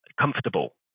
comfortable